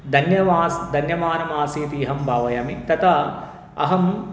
धन्यवादः धन्यमानमासीत् इहं भा भावयामि तथा अहम्